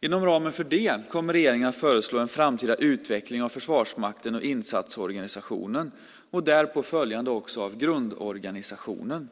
Inom ramen för det kommer regeringen att föreslå en framtida utveckling av Försvarsmakten och insatsorganisationen och därpå följande också grundorganisationen.